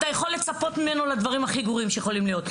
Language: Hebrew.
אתה יכול לצפות ממנו לדברים הכי גרועים שיכולים להיות.